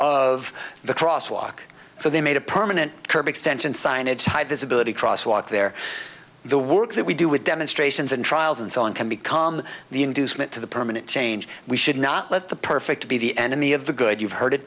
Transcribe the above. of the cross walk so they made a permanent curb extension signage high visibility crosswalk there the work that we do with demonstrations and trials and so on can become the inducement to the permanent change we should not let the perfect be the enemy of the good you've heard it